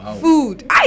food